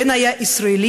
בין שהיה ישראלי,